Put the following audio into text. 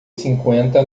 cinquenta